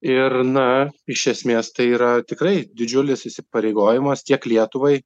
ir na iš esmės tai yra tikrai didžiulis įsipareigojimas tiek lietuvai